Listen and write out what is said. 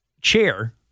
chair